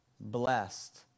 blessed